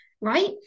right